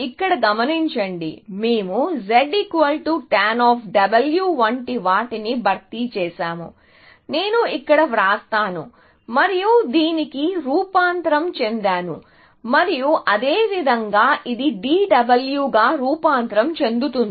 ఇక్కడ గమనించండి మేము ztan వంటి వాటిని భర్తీ చేసాము నేను ఇక్కడ వ్రాస్తాను మరియు దీనికి రూపాంతరం చెందాను మరియు అదేవిధంగా ఇది dw గా రూపాంతరం చెందుతుంది